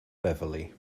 beverly